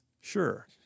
Sure